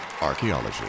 Archaeology